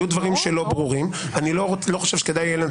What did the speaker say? ואם בסוף דבריו יהיו דברים לא ברורים אני לא חושב שכדאי יהיה,